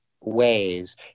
ways